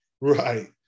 Right